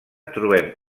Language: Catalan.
trobem